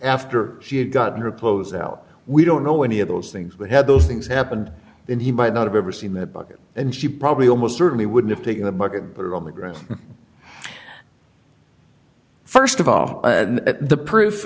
after she had gotten her clothes out we don't know any of those things but had those things happened then he might not have ever seen that bug and she probably almost certainly would have taken the bucket but on the ground first of all the proof